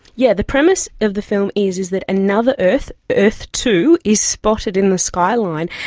yeah the premise of the film is is that another earth, earth two, is spotted in the skyline,